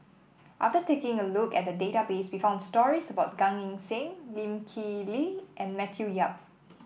after taking a look at the database we found stories about Gan Eng Seng Lee Kip Lee and Matthew Yap